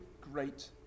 great